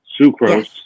sucrose